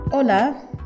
Hola